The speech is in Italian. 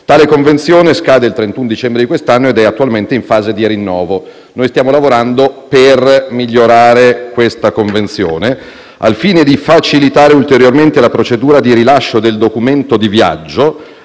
Tale convenzione scade il 31 dicembre di quest'anno ed è attualmente in fase di rinnovo. Noi stiamo lavorando per migliorare questa convenzione. Al fine di facilitare ulteriormente la procedura di rilascio del documento di viaggio